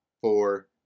four